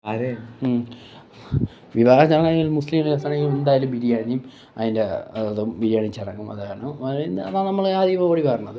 ആരെ വിവാഹ ചടങ്ങാണെങ്കിലും മുസ്ലിം കേസാണെങ്കിലും എന്തായാലും ബിരിയാണി അതിൻ്റെ അതും ബിരിയാണി ചടങ്ങും അതാണ് നമ്മൾ ആ ആദ്യമേ ഓടി വരുന്നത്